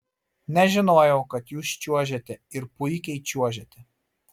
nežinojau kad jūs čiuožiate ir puikiai čiuožiate